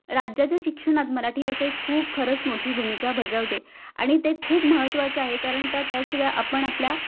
राज्याच्या शिक्षणात मराठी भाषा ही खूप खरंच मोठी भूमिका बजावते आणि ते खूप महत्त्वाचं आहे कारण का त्याशिवाय आपण आपल्या